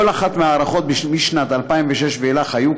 כל אחת מההארכות משנת 2006 ואילך היו,